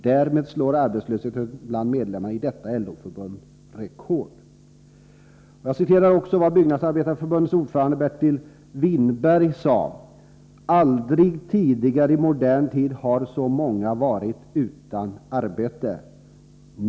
Därmed slår arbetslösheten bland medlemmarna i detta LO-förbund rekord.” Byggnadsarbetareförbundets ordförande, Bertil Whinberg, skrev i sin krönika: ”Aldrig tidigare i modern tid har så många varit utan arbete.